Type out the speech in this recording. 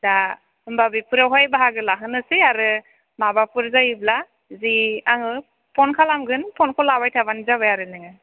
दा होमबा बेफोरावहाय बाहागो लाहोनोसै आरो माबाफोर जायोब्ला जे आङो फन खालामगोन फनखौ लाबाय थाबानो जाबाय आरो नोङो